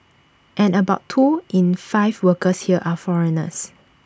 and about two in five workers here are foreigners